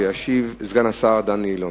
ישיב סגן השר דני אילון.